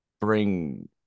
bring